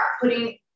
putting